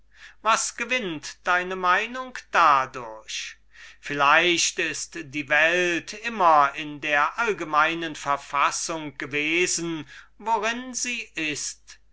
was gewinnt deine meinung dadurch vielleicht ist die welt immer in der allgemeinen verfassung gewesen worin sie ist